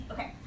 Okay